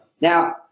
Now